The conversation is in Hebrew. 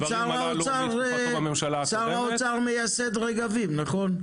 שר האוצר הוא מייסד רגבים, נכון?